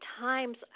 times